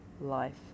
life